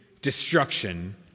destruction